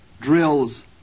Drills